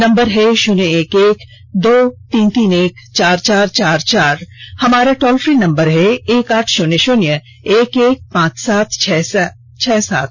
number है शून्य एक एक दो तीन तीन एक चार चार चार चार हमारा टोल फ्री नंबर है एक आठ शून्य शून्य एक एक पांच सात छह सात